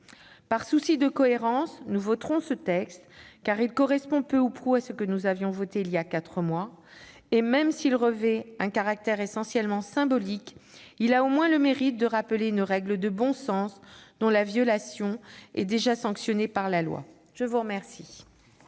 Par souci de cohérence, nous voterons ce texte, car il correspond peu ou prou à ce que nous avons voté voilà quatre mois. Même s'il revêt un caractère essentiellement symbolique, il a au moins le mérite de rappeler une règle de bon sens, dont la violation est déjà sanctionnée par la loi. La parole